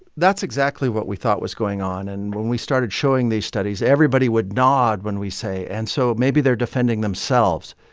that's exactly what we thought was going on. and when we started showing these studies, everybody would nod when we'd say, and so maybe they're defending themselves.